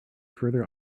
further